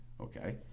Okay